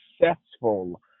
successful